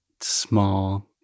small